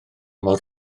mor